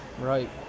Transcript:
Right